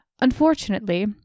Unfortunately